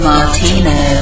Martino